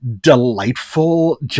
delightful